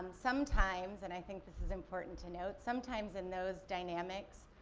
sometimes, and i think this is important to note, sometimes in those dynamics,